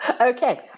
Okay